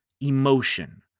emotion